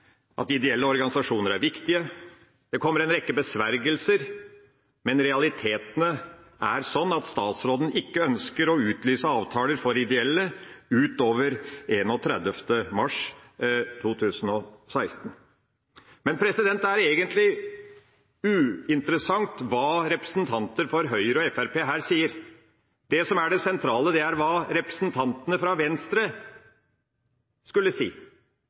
at ideelle organisasjoner er viktige. Det kommer en rekke besvergelser, men realitetene er at statsråden ikke ønsker å utlyse avtaler for ideelle utover 31. mars 2016. Men det er egentlig uinteressant hva representanter for Høyre og Fremskrittspartiet her sier. Det som er det sentrale, er hva representantene fra Venstre skulle si.